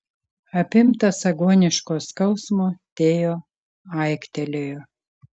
apimtas agoniško skausmo teo aiktelėjo